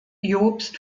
jobst